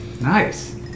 Nice